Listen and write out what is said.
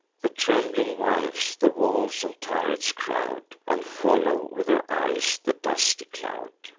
the trembling wives the walls and turrets crowd, and follow, with their eyes, the dusty cloud,